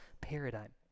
paradigm